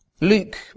Luke